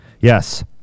yes